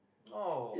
oh